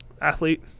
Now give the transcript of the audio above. Athlete